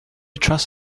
trust